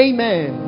Amen